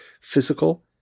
physical